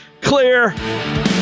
Clear